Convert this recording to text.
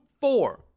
four